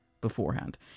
beforehand